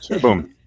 Boom